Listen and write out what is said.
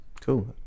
Cool